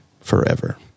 forever